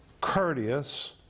courteous